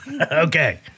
Okay